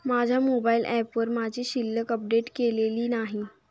माझ्या मोबाइल ऍपवर माझी शिल्लक अपडेट केलेली नाही